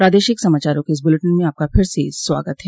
प्रादेशिक समाचारों के इस बुलेटिन में आपका फिर से स्वागत है